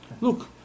Look